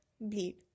Bleed